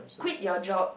quit your job